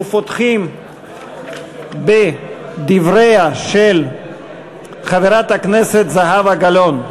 ופותחים בדבריה של חברת הכנסת זהבה גלאון.